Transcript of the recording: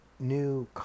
new